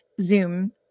Zoom